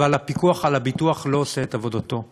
אבל הפיקוח על הביטוח לא עושה את עבודתו,